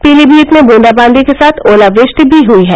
पीलीभीत में बूंदाबांदी के साथ ओलावृश्टि भी हयी है